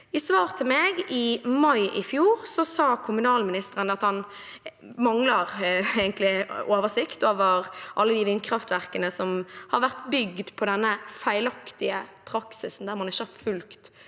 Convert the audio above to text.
I svar til meg i mai i fjor sa kommunalministeren at han egentlig mangler oversikt over alle de vindkraftverkene som har vært bygd på denne feilaktige praksisen, der man ikke har fulgt